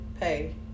pay